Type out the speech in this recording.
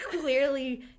clearly